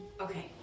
Okay